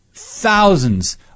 Thousands